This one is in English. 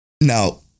Now